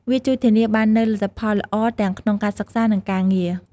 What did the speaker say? វាជួយធានាបាននូវលទ្ធផលល្អទាំងក្នុងការសិក្សា និងការងារ។